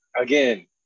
again